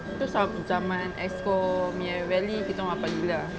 tu zam~ zaman exco punya rally kita orang rapat gila lah